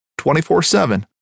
24-7